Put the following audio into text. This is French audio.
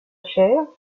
chaire